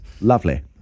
lovely